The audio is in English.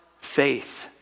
faith